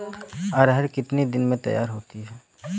अरहर कितनी दिन में तैयार होती है?